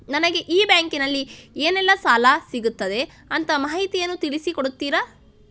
ನನಗೆ ಈ ಬ್ಯಾಂಕಿನಲ್ಲಿ ಏನೆಲ್ಲಾ ಸಾಲ ಸಿಗುತ್ತದೆ ಅಂತ ಮಾಹಿತಿಯನ್ನು ತಿಳಿಸಿ ಕೊಡುತ್ತೀರಾ?